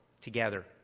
together